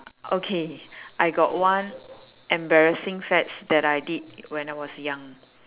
okay I got one embarrassing fads that I did when I was young